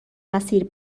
مسیر